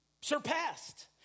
surpassed